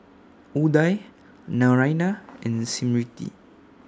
Udai Naraina and Smriti